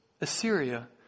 Assyria